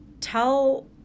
tell